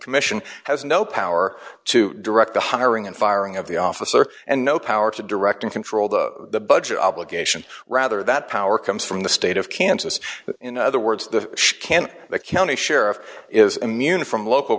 commission has no power to direct the hiring and firing of the officer and no power to direct and control the budget obligation rather that power comes from the state of kansas but in other words the can the county sheriff is immune from local